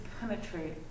penetrate